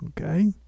Okay